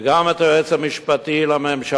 וגם את היועץ המשפטי לממשלה,